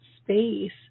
space